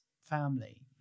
family